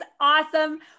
awesome